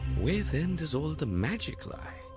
where then, does all the magic lie?